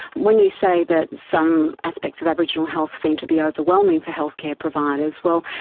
when you say that some aspects of aboriginal health seem to be overwhelming for healthcare providers, well,